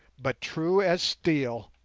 but true as steel,